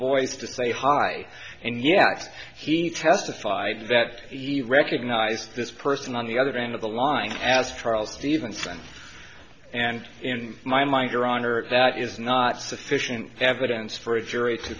voice to say hi and yet he testified that he recognized this person on the other end of the line as charles even friends and in my mind your honor that is not sufficient evidence for a jury to